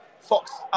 Fox